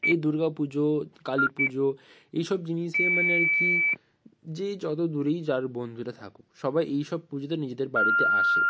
এই দূর্গা পুজো কালী পুজো এই সব জিনিসে মানে আর কি যে যতো দূরেই যার বন্ধুরা থাকুক সবাই এই সব পুজোতে নিজেদের বাড়িতে আসে